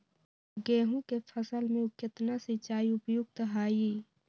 गेंहू के फसल में केतना सिंचाई उपयुक्त हाइ?